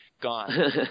gone